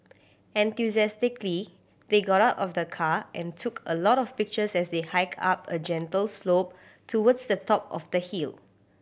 enthusiastically they got out of the car and took a lot of pictures as they hiked up a gentle slope towards the top of the hill